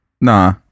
Nah